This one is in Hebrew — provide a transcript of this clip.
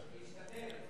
אני אשתדל,